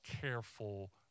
careful